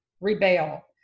rebel